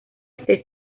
este